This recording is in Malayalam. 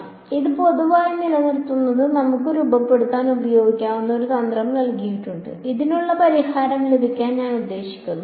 അതിനാൽ ഇത് പൊതുവായി നിലനിർത്തുന്നത് നമുക്ക് രൂപപ്പെടുത്താൻ ഉപയോഗിക്കാവുന്ന ഒരു തന്ത്രം നൽകിയിട്ടുണ്ട് ഇതിനുള്ള പരിഹാരം ലഭിക്കാൻ ഞാൻ ഉദ്ദേശിക്കുന്നു